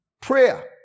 Prayer